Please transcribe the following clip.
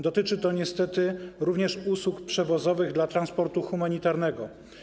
Dotyczy to niestety również usług przewozowych dla transportu humanitarnego.